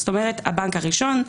זאת אומרת הבנק הראשון.